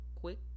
quick